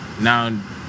Now